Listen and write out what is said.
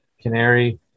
Canary